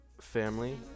family